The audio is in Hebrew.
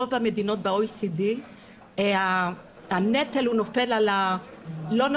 ברוב המדינות ב-OECD הנטל לא נופל על המעסיקים.